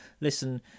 listen